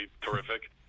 terrific